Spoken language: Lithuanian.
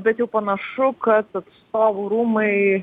bet jau panašu kad atstovų rūmai